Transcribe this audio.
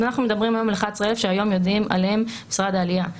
אנחנו מדברים היום על 11,000 שהיום יודעים עליהם משרד העלייה.